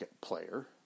player